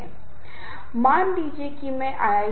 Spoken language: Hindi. तो यह बहुत महत्वपूर्ण आयाम है